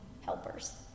helpers